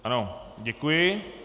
Ano, děkuji.